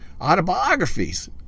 autobiographies